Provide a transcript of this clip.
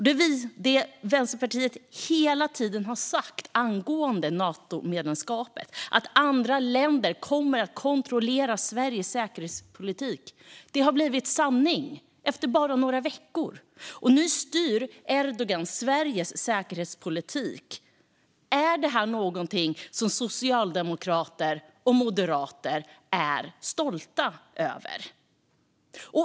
Det Vänsterpartiet hela tiden har sagt angående Natomedlemskapet - att andra länder kommer att kontrollera Sveriges säkerhetspolitik - har redan blivit sanning, efter bara några veckor. Nu styr Erdogan Sveriges säkerhetspolitik. Är detta någonting som socialdemokrater och moderater är stolta över?